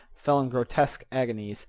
fell in grotesque agonies.